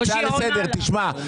תשמע,